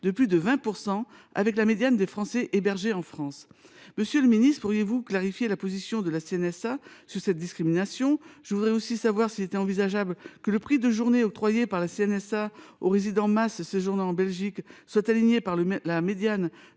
de plus de 20 % avec la médiane des Français hébergés en France ! Monsieur le ministre, pourriez vous clarifier la position de la CNSA sur cette discrimination ? Serait il envisageable que le prix de journée octroyé par la CNSA aux résidents des MAS séjournant en Belgique soit aligné sur la médiane